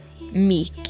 meek